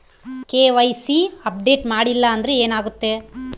KYC update ಮಾಡಿಲ್ಲ ಅಂದ್ರೆ ಏನಾಗುತ್ತೆ?